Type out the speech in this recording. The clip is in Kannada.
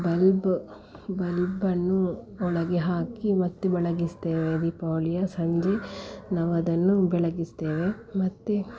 ಬಲ್ಬ್ ಬಲ್ಬನ್ನು ಒಳಗೆ ಹಾಕಿ ಮತ್ತು ಬೆಳಗಿಸ್ತೇವೆ ದೀಪಾವಳಿಯ ಸಂಜೆ ನಾವು ಅದನ್ನು ಬೆಳಗಿಸ್ತೇವೆ ಮತ್ತು